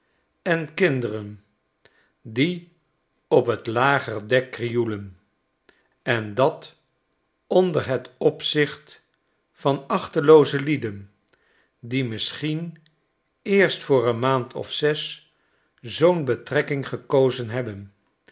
en kinderen die op het lager dek krioelen en dat onder het opzieht van achtelooze lieden die misschien eerst voor een maand of zes zoo'n betrekking gekozen hebben